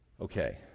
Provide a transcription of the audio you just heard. Okay